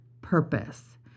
purpose